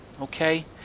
Okay